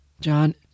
John